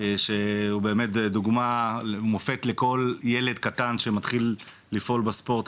שקודם כל הוא דוגמה ומופת לכל ילד קטן שמתחיל לפעול בתחום הספורט,